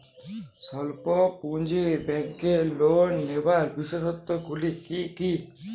স্বল্প পুঁজির ব্যাংকের লোন নেওয়ার বিশেষত্বগুলি কী কী?